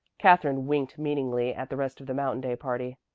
katherine winked meaningly at the rest of the mountain day party.